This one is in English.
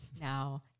Now